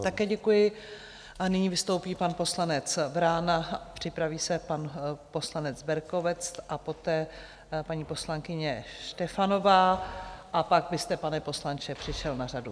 Také děkuji a nyní vystoupí pan poslanec Vrána, připraví se pan poslanec Berkovec a poté paní poslankyně Štefanová a pak byste, pane poslanče, přišel na řadu vy.